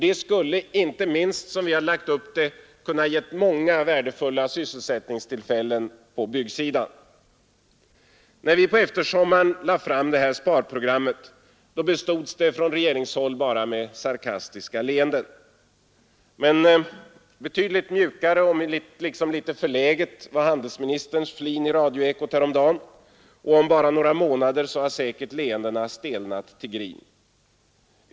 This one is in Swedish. Det skulle — inte minst så som vi har lagt upp det — kunna ge många värdefulla sysselsättningstillfällen på byggsidan. När vi på eftersommaren lade fram det här sparprogrammet bestods det från regeringshåll bara med sarkastiska leenden. Men betydligt mjukare och liksom förläget var handelsministerns flin i radioekot häromdagen. Om bara några månader har säkert leendena stelnat till grin.